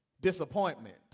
disappointment